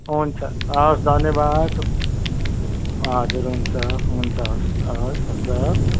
हुन्छ हवस् धन्यवाद हजुर हुन्छ हुन्छ हवस् हवस् हुन्छ